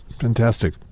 Fantastic